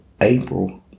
April